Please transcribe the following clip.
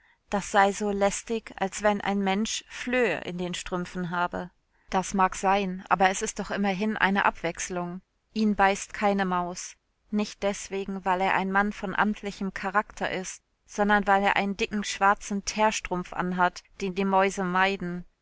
das sei so listig als wenn ein mensch flöhe in den strümpfen habe das mag sein aber es ist doch immerhin eine abwechslung ihn beißt keine maus nicht deswegen weil er ein mann von amtlichem charakter ist sondern weil er einen dicken schwarzen teerstrumpf anhat den die mäuse meiden